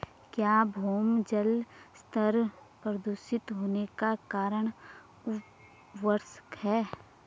क्या भौम जल स्तर प्रदूषित होने का कारण उर्वरक है?